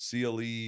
cle